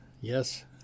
Yes